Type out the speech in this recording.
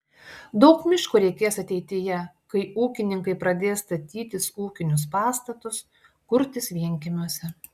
daug miško reikės ateityje kai ūkininkai pradės statytis ūkinius pastatus kurtis vienkiemiuose